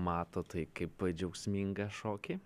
mato tai kaip džiaugsmingą šokį